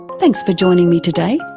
thanks for joining me today.